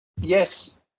yes